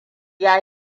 ya